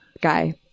guy